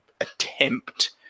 attempt